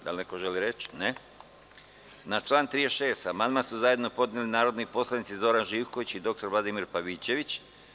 Da li želi reč neko? (Ne.) Na član 35. amandman su zajedno podneli narodni poslanici Zoran Živković i dr Vladimir Pavićević.